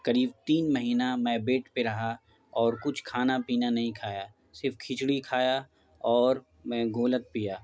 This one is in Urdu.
قریب تین مہینہ میں بیڈ پہ رہا اور کچھ کھانا پینا نہیں کھایا صرف کھچڑی کھایا اور میں گولکھ پیا